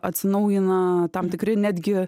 atsinaujina tam tikri netgi